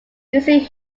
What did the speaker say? usually